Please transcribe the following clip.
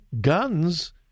guns